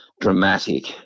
dramatic